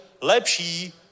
lepší